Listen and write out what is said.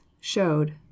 showed